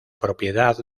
propiedad